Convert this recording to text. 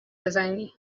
بزنی